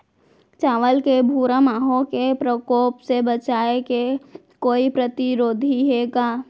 चांवल के भूरा माहो के प्रकोप से बचाये के कोई प्रतिरोधी हे का?